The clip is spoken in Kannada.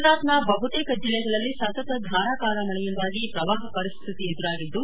ಗುಜರಾತ್ನ ಬಹುತೇಕ ಜಿಲ್ಲೆಗಳಲ್ಲಿ ಸತತ ಧಾರಾಕಾರ ಮಳೆಯಿಂದಾಗಿ ಪ್ರವಾಹ ಪರಿಸ್ಹಿತಿ ಎದುರಾಗಿದ್ದು